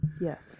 Yes